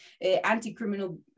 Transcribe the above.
anti-criminal